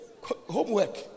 Homework